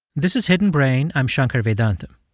this is hidden brain. i'm shankar vedantam.